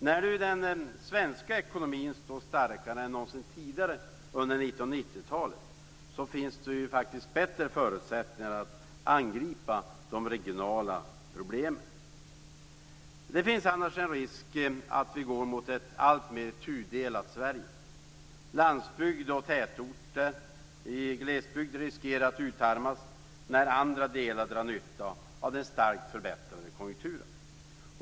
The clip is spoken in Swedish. När nu den svenska ekonomin står starkare än någonsin tidigare under 1990-talet finns det faktiskt bättre förutsättningar att angripa de regionala problemen. Det finns annars en risk för att vi går mot ett alltmer tudelat Sverige. Landsbygd och tätorter i glesbygd riskerar att utarmas när andra delar drar nytta av den starkt förbättrade konjunkturen.